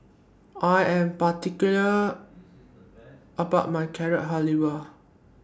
I Am particular about My Carrot Halwa